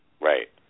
Right